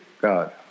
God